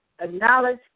acknowledge